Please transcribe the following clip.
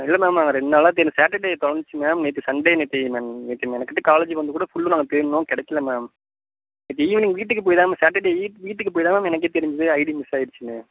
இல்லை மேம் நாங்கள் ரெண்டு நாளாக தேடி சாட்டர்டே தொலஞ்சிச்சு மேம் நேற்று சண்டே நேற்று மேம் நேற்று மெனக்கெட்டு காலேஜ்ஜிக்கு வந்து கூட ஃபுல்லும் நாங்கள் தேடுனோம் கிடக்கில மேம் நேற்று ஈவினிங் வீட்டுக்கு போய் தான் மேம் சாட்டர்டே வீட்டுக்கு போய் தான் மேம் எனக்கே தெரிஞ்சிது ஐடி மிஸ் ஆயிடுச்சுன்னு